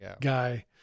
guy